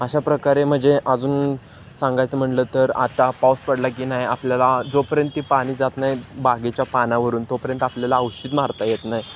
अशा प्रकारे म्हणजे अजून सांगायचं म्हटलं तर आता पाऊस पडला की नाही आपल्याला जोपर्यंत ती पाणी जात नाही बागेच्या पानावरून तोपर्यंत आपल्याला औषध मारता येत नाही